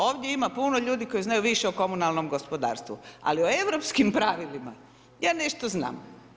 Ovdje ima puno ljudi koji znaju puno više o komunalnom gospodarstvu, ali o europskim pravilima, ja nešto znam.